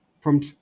From